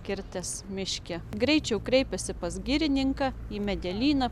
kirtęs miške greičiau kreipiasi pas girininką į medelyną